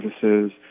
services